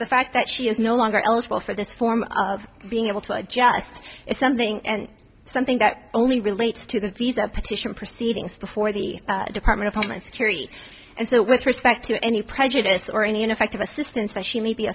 the fact that she is no longer eligible for this form of being able to adjust something and something that only relates student visa petition proceedings before the department of homeland security and so with respect to any prejudice or any ineffective assistance that she may be